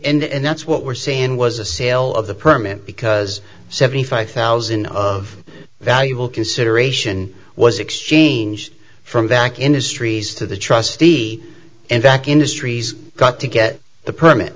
action and that's what we're seeing was a sale of the permit because seventy five thousand of valuable consideration was exchanged from back industries to the trustee and back industries got to get the permit